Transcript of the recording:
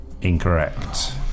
Incorrect